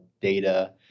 data